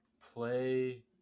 play